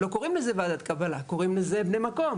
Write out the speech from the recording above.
לא קוראים לזה ועדת קבלה, קוראים לזה בני מקום.